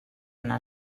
una